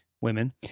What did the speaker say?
women